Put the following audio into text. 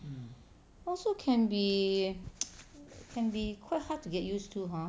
also can be can be quite hard to get used to !huh!